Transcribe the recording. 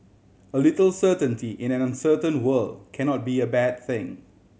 a little certainty in an uncertain world cannot be a bad thing